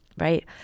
right